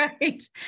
Right